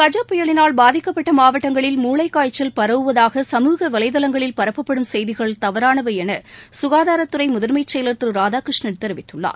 கஜ புயலினால் பாதிக்கப்பட்ட மாவட்டங்களில் மூளைக்காய்ச்சல் பரவுவதாக சமூக வலைதளங்களில் பரப்பப்படும் செய்திகள் தவறானவை என சுகாதாரத்துறை செயலா் திரு ராதாகிருஷ்ணன் தெரிவித்துள்ளார்